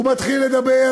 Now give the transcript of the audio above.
הוא מתחיל לדבר